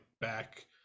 back